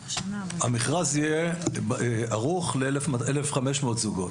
המכרז יהיה ערוך ל-1,500 זוגות.